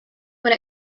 when